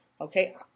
okay